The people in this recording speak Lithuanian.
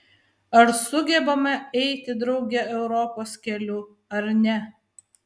ar sugebame eiti drauge europos keliu ar ne